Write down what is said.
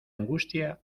angustia